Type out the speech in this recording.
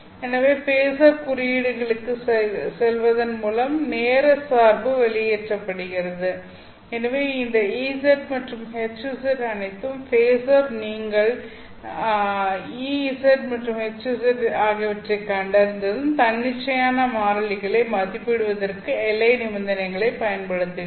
எனவே பேஸர் குறியீடுகளுக்குச் செல்வதன் மூலம் நேர சார்பு வெளியேற்றப்படுகிறது எனவே இந்த Ez மற்றும் Hz அனைத்தும் பேஸர் நீங்கள் Ez மற்றும் Hz ஆகியவற்றை கண்டறிந்ததும் தன்னிச்சையான மாறிலிகளை மதிப்பிடுவதற்கு எல்லை நிபந்தனைகளைப் பயன்படுத்துகிறீர்கள்